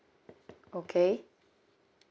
okay